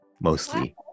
mostly